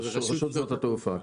לא, זה רשות שדות התעופה.